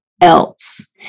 else